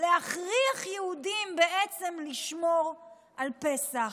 להכריח יהודים בעצם לשמור על פסח.